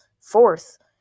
fourth